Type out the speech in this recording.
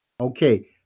Okay